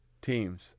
teams